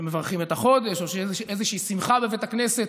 כשמברכים את החודש או כשיש איזושהי שמחה בבית הכנסת,